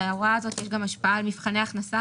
להוראה הזו יש גם השפעה על מבחני הכנסה